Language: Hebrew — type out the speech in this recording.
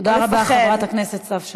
תודה, חברת הכנסת סתיו שפיר.